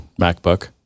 MacBook